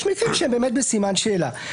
יש מקרים שהם באמת בסימן שאלה.